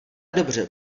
dobře